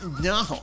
No